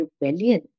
rebellion